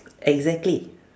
exactly